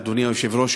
אדוני היושב-ראש,